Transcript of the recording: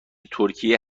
ترکیه